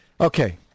Okay